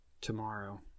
tomorrow